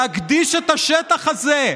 להקדיש את השטח הזה,